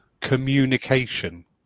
communication